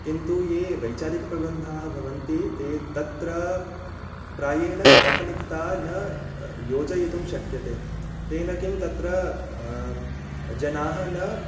किन्तु ये वैचारिकप्रबन्धाः भवन्ति ते तत्र प्रायेण काल्पनिकता न योजयितुं शक्यते तेन किं तत्र जनाः न